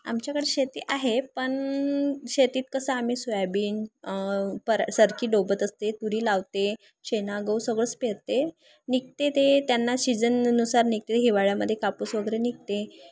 आमच्याकडे शेती आहे पण शेतीत कसं आम्ही सोयाबीन पर सरकी डोबत असते तुरी लावते चणा गहू सगळंच पेरते निघते ते त्यांना शिजननुसार निघते हिवाळ्यामध्ये कापूस वगैरे निघते